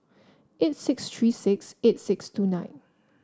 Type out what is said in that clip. eight six three six eight six two nine